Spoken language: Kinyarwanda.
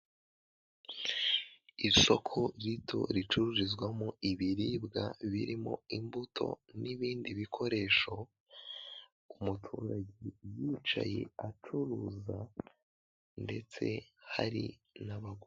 Isoko rito ricururizwamo ibiribwa birimo imbuto n'ibindi bikoresho umuturage yicaye acuruza ndetse hari n'abaguzi.